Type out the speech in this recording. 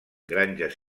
granges